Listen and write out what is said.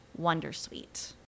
Wondersuite